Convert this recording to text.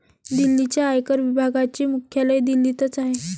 दिल्लीच्या आयकर विभागाचे मुख्यालय दिल्लीतच आहे